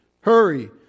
Hurry